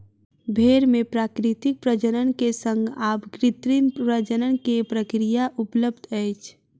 भेड़ मे प्राकृतिक प्रजनन के संग आब कृत्रिम प्रजनन के प्रक्रिया उपलब्ध अछि